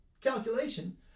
calculation